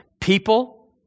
people